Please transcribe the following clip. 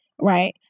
right